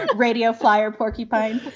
and radio flyer porcupine.